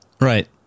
Right